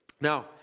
Now